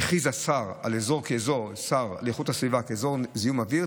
"הכריז השר לאיכות הסביבה על אזור כאזור זיהום אוויר,